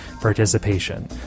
participation